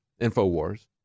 Infowars